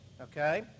Okay